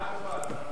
הצעה טובה.